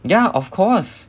ya of course